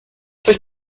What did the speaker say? sich